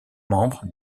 membres